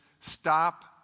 Stop